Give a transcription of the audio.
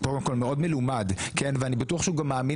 הוא קודם כל מאוד מלומד ואני בטוח שהוא גם מאמין